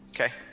Okay